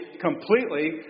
completely